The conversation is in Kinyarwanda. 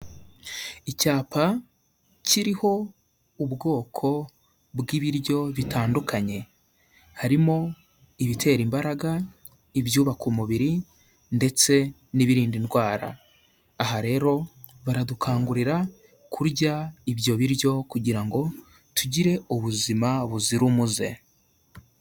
Icyapa kiriho ubwoko bw'ibiryo bitandukanye, harimo ibitera imbaraga, ibyubaka umubiri ndetse n'ibirinda indwara, aha rero baradukangurira kurya ibyo biryo kugira ngo tugire ubuzima buzira umuze.